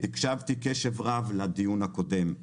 הקשבתי קשב רב לדיון הקודם,